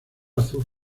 azul